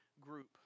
group